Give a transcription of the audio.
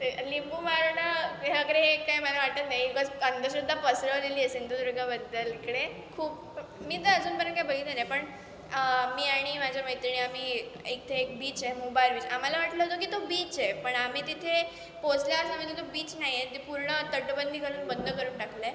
ते लिंबू मारणं वगैरे हे काय मला वाटत नाही बस अंधश्रद्धा पसरवलेली आहे सिंधुदुर्गबद्दल इकडे खूप मी तर अजूनपर्यंत काय बघितलं नाही पण मी आणि माझ्या मैत्रिणी आम्ही इथे एक बीच आहे मुबाळ बीच आम्हाला वाटलं होतं की तो बीच आहे पण आम्ही तिथे पोचल्यावरच आम्ही तिथे बीच नाही आहे ते पूर्ण तटबंदी करून बंद करून टाकलं आहे